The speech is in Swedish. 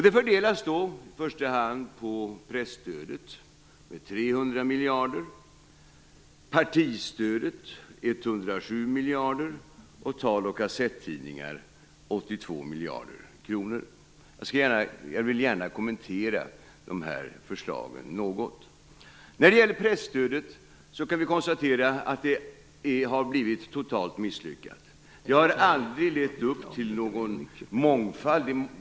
De fördelas i första hand på presstödet med 300 miljarder, partistödet med 107 miljarder och tal och kassettidningar med 82 miljarder kronor. Jag vill gärna kommentera de här förslagen något. När det gäller presstödet kan vi konstatera att det har blivit totalt misslyckat. Det har aldrig levt upp till någon mångfald.